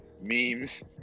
memes